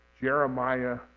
Jeremiah